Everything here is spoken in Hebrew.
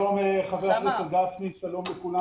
שלום לכולם.